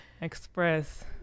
express